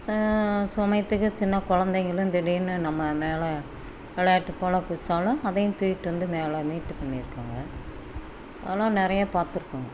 ச சமயத்துக்கு சின்னக் கொழந்தைகளும் திடீரெனு நம்ம மேலே விளையாட்டு போல் குதித்தாலும் அதையும் தூக்கிட்டு வந்து மேலே மீட்டு பண்ணியிருக்கங்க அதெலாம் நிறையா பார்த்துருக்கங்க